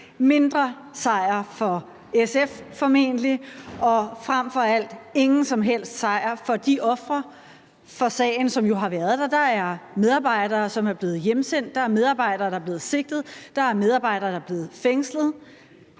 mindre sejr for SF, og frem for alt ingen som helst sejr for de ofre for sagen, som der jo har været. Der er medarbejdere, der er blevet hjemsendt, der er medarbejdere, der er blevet sigtet, og der er medarbejdere, der er blevet fængslet,